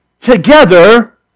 together